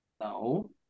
No